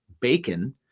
bacon